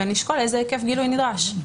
ונשקול איזה היקף גילוי נדרש.